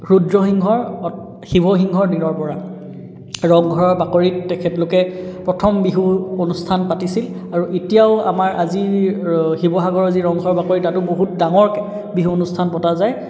ৰুদ্ৰসিংহৰ শিৱসিংহৰ দিনৰ পৰা ৰংঘৰৰ বাকৰিত তেখেতলোকে প্ৰথম বিহু অনুষ্ঠান পাতিছিল আৰু এতিয়াও আমাৰ আজিৰ শিৱসাগৰৰ যি ৰং ঘৰৰ বাকৰি তাতো বহুত ডাঙৰকৈ বিহু অনুষ্ঠান পতা যায়